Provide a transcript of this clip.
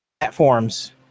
platforms